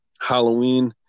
Halloween